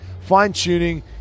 fine-tuning